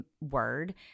word